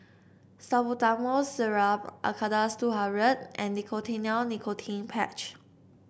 Salbutamol Syrup Acardust two hundred and Nicotinell Nicotine Patch